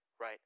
right